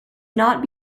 not